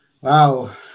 wow